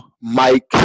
Mike